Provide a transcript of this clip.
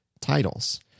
titles